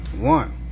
One